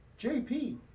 JP